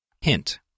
Hint